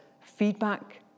feedback